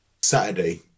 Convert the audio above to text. Saturday